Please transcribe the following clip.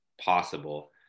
possible